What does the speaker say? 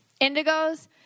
Indigos